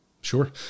Sure